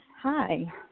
hi